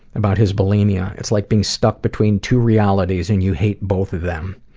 about his bulimia it's like being stuck between two realities and you hate both of them.